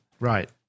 Right